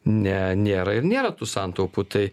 ne nėra ir nėra tų santaupų tai